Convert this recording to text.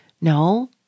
No